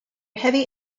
heavy